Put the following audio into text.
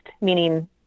meaning